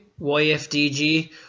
YFDG